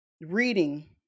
reading